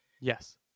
Yes